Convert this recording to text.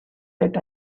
that